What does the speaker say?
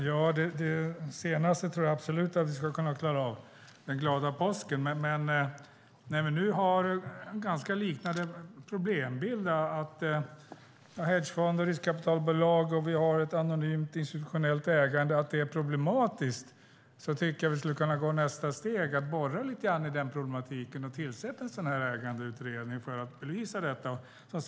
Herr talman! Jag tror absolut att vi ska kunna klara av att få en glad påsk. När vi nu har ganska liknande problembilder när det gäller att det är problematiskt med hedgefonder, riskkapitalbolag och ett anonymt institutionellt ägande tycker jag att vi skulle kunna ta nästa steg och borra lite grann i den problematiken och tillsätta en ägandeutredning för att belysa detta.